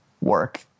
work